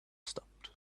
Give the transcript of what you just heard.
stopped